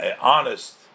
honest